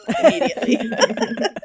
immediately